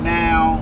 now